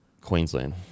queensland